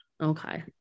Okay